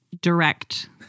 direct